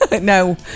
No